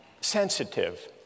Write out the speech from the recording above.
sensitive